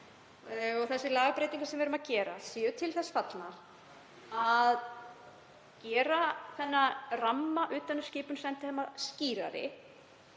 og þessar lagabreytingar sem við erum að gera séu til þess fallnar að gera þennan ramma utan um skipun sendiherra skýrari.